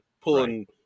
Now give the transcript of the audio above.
pulling